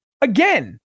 again